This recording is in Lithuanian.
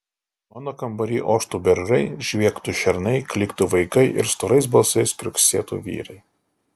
mano kambary oštų beržai žviegtų šernai klyktų vaikai ir storais balsais kriuksėtų vyrai